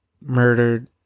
murdered